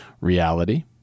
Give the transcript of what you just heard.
reality